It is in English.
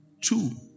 Two